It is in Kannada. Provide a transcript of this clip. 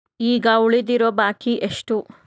ಈಗ ಉಳಿದಿರೋ ಬಾಕಿ ಎಷ್ಟು?